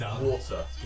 water